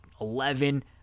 Eleven